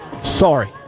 Sorry